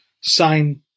sign